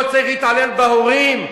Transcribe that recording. לא צריך להתעלל בהורים,